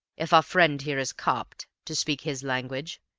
if our friend here is copped, to speak his language,